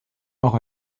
auch